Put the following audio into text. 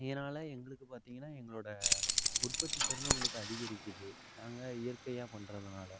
இதனால் எங்களுக்கு பார்த்திங்கன்னா எங்களோட உற்பத்தி திறனும் எங்களுக்கு அதிகரிக்குது நாங்கள் இயற்கையாக பண்ணுறதுனால